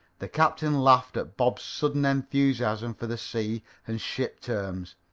the captain laughed at bob's sudden enthusiasm for the sea and ship terms,